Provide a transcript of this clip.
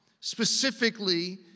specifically